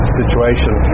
situation